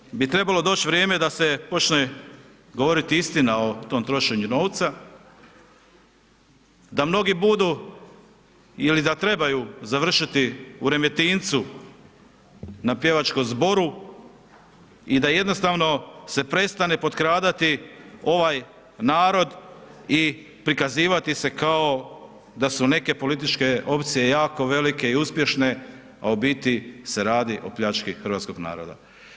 Smatram da bi trebalo doć vrijeme da se počne govoriti istina o tom trošenju novca, da mnogi budu ili da trebaju završiti u Remetincu na pjevačkom zboru i da jednostavno se prestane potkradati ovaj narod i prikazivati se kao da su neke političke opcije jako velike i uspješne, a u biti se radi o pljački hrvatskog naroda.